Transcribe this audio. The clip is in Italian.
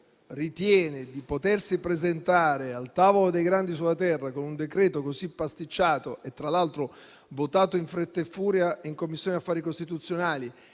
ritiene di potersi presentare al tavolo dei grandi della terra con un decreto-legge così pasticciato e, tra l'altro, votato in fretta e furia in Commissione affari costituzionali